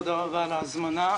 תודה רבה על ההזמנה.